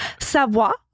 Savoir